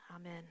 Amen